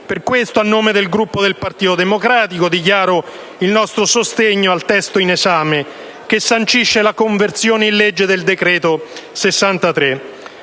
Per questo, a nome del Gruppo del Partito Democratico, dichiaro il nostro sostegno al testo in esame, che sancisce la conversione in legge del decreto-legge